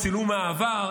או צילום מהעבר,